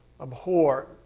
abhor